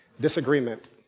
disagreement